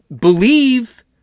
believe